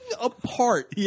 apart